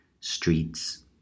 streets